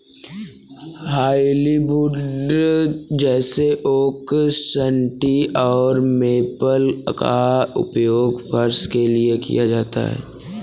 hardwood जैसे oak सन्टी और मेपल का उपयोग फर्श के लिए किया जाता है